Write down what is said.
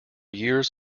years